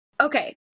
Okay